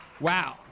Wow